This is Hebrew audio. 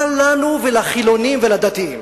מה לנו ולחילונים ולדתיים,